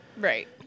right